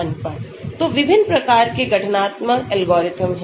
तो विभिन्न प्रकार के गठनात्मक एल्गोरिदम हैं